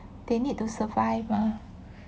they need to survive mah